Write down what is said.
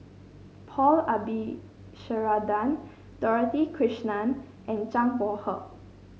Paul Dorothy Krishnan and Zhang Bohe